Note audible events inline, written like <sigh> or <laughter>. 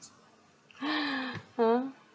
<breath> uh